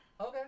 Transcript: Okay